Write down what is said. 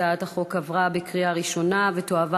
הצעת החוק עברה בקריאה ראשונה ותועבר